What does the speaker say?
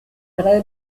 tre